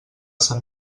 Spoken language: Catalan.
sant